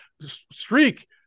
streak